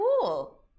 cool